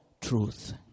truth